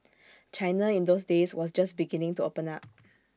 China in those days was just beginning to open up